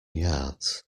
yards